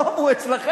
הרוב הוא אצלכם.